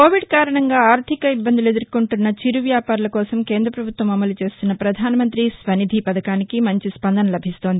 Covid కారణంగా ఆర్ధిక ఇబ్బందులు ఎదుర్కొంటున్న చిరువ్యాపారుల కోసం కేంద్ర పభుత్వం అమలు చేస్తున్న ప్రధానమంతి స్వనిధి పథకానికి మంచి స్పందన లభిస్తోంది